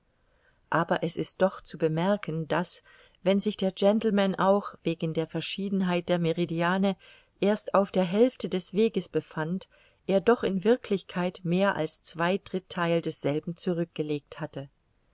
aber es ist doch zu bemerken daß wenn sich der gentleman auch wegen der verschiedenheit der meridiane erst auf der hälfte des weges befand er doch in wirklichkeit mehr als zwei drittheil desselben zurückgelegt hatte